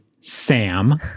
Sam